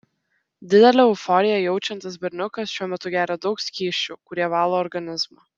didelę euforiją jaučiantis berniukas šiuo metu geria daug skysčių kurie valo organizmą